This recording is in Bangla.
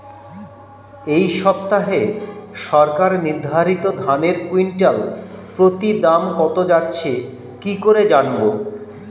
এই সপ্তাহে সরকার নির্ধারিত ধানের কুইন্টাল প্রতি দাম কত যাচ্ছে কি করে জানবো?